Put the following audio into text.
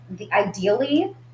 ideally